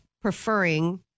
preferring